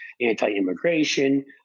anti-immigration